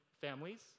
families